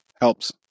helps